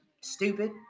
stupid